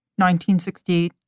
1968